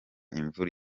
imvura